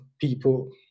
people